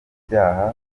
ibyaha